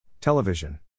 Television